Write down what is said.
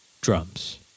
drums